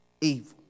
evil